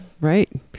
right